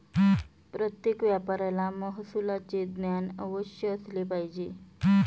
प्रत्येक व्यापाऱ्याला महसुलाचे ज्ञान अवश्य असले पाहिजे